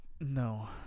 No